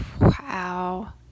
Wow